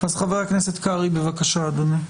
אז חבר הכנסת קרעי, בבקשה אדוני.